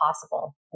possible